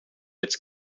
its